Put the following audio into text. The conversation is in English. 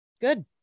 good